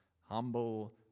humble